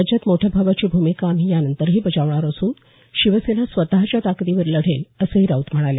राज्यात मोठ्या भावाची भूमिका आम्ही यानंतरही बजावणार असून शिवसेना स्वतःच्या ताकदीवर लढेल असंही राउत म्हणाले